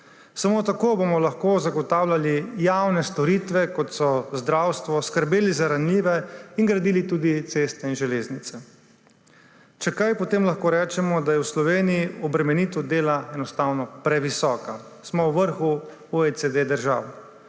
Samo tako bomo lahko zagotavljali javne storitve, kot so zdravstvo, skrbeli za ranljive in gradili tudi ceste in železnice. Če kaj, potem lahko rečemo, da je v Sloveniji obremenitev dela enostavno previsoka. Smo v vrhu držav